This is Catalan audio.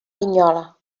linyola